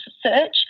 search